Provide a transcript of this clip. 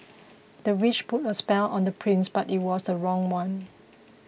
the witch put a spell on the prince but it was the wrong one